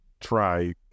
try